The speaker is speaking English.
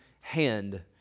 hand